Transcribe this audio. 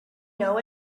know